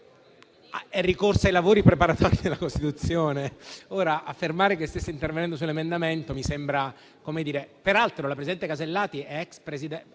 è ricorsa ai lavori preparatori della Costituzione.